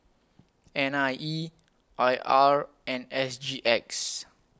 N I E I R and S G X